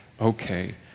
okay